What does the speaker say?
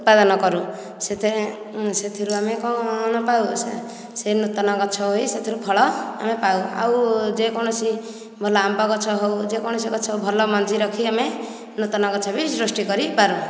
ଉତ୍ପାଦନ କରୁ ସେଥିରେ ସେଥିରୁ ଆମେ କଣ ପାଉ ସେ ନୂତନ ଗଛ ହୁଏ ସେଥିରୁ ଫଳ ଆମେ ପାଉ ଆଉ ଯେ କୌଣସି ଭଲ ଆମ୍ବ ଗଛ ହେଉ ଯେକୌଣସି ଭଲ ମଞ୍ଜି ରଖି ଆମେ ନୂତନ ଗଛ ବି ସୃଷ୍ଟି କରିପାରୁ